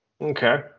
Okay